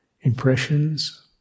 impressions